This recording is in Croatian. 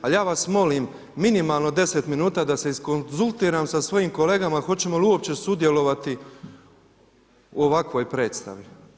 Ali ja vas molim minimalno deset minuta da se iz konzultiram sa svojim kolegama hoćemo li uopće sudjelovati u ovakvoj predstavi.